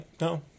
no